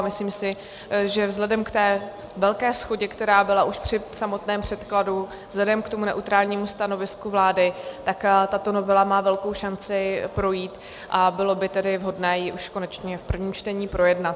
Myslím si, že vzhledem k té velké shodě, která byla už při samotném předkladu, a vzhledem k tomu neutrálnímu stanovisku vlády tato novela má velkou šanci projít a bylo by vhodné ji už konečně v prvním čtení projednat.